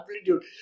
amplitude